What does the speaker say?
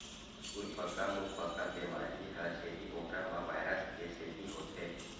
खुरपका मुंहपका बेमारी ह छेरी बोकरा म वायरस के सेती होथे